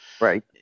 Right